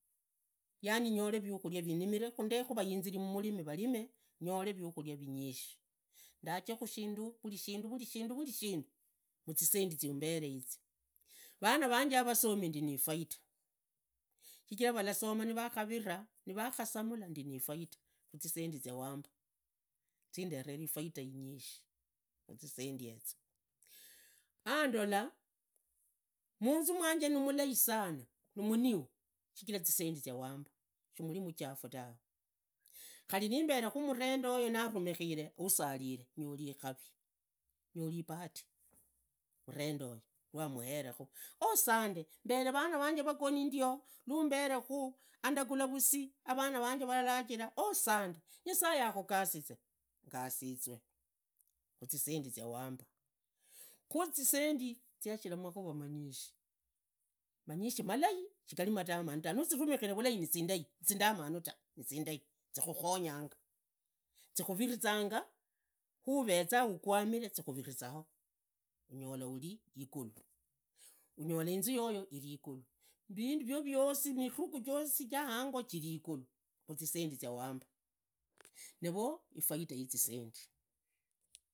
Yani nyorekhu vikhuria ndekhu vayinziri mamurimi varime nyole vikharia vinyishi ndaje vulishinda vulishinda vulishinda khusisendi ziumbere yizi vana vange rasomi niifaita shikhiraa vavasoma nivakhavivaa nivungola vakhasamala ndiri nifaita khuzisendi ziumbere yizi vana vanye vasomi niifaita shikhivaa vavasoma nivakhovivaa nivungoja vakhasumula ndiri nifuita khuzisendi ziawamba zindetere ifaita inyisi zisendi yezo maandola munzu mwange nimulai sana nimuniu shichila zisendi ziawamba shukhuli muchafu tawe khari nimberekhu murendeoyo lwamuherekhu asante khari vana vanje vari vagori ndio lumberekhu andagula vusi avanavanje valajira asande nyasaye akhugasize amaangasizwe khusisendi ziawamba khuzisendi ziashira makhura manyishi manyishi malai shikhari matamanu tu nihuzivumikhire vulai nizindai nizitamanu ta nizindai zikhukhonyanga zikhuririzanga huveza hugwami zikhuririzao unyola.